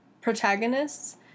protagonists